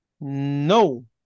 No